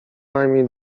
najmniej